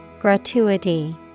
Gratuity